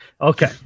Okay